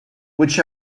which